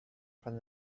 from